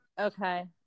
okay